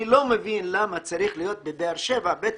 אני לא מבין למה צריך להיות בבאר שבע בית